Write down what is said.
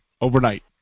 overnight